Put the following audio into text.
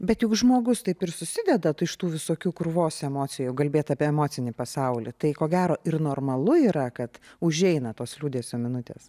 bet juk žmogus taip ir susideda iš tų visokių krūvos emocijų kalbėt apie emocinį pasaulį tai ko gero ir normalu yra kad užeina tos liūdesio minutės